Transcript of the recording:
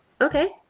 okay